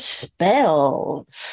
spells